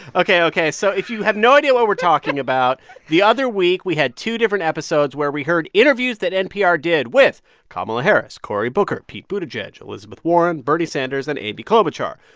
ok, ok. so if you have no idea what we're talking about, the other week, we had two different episodes where we heard interviews that npr did with kamala harris, cory booker, pete buttigieg, elizabeth warren, bernie sanders and amy klobuchar.